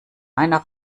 einer